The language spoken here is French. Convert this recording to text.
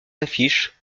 affiches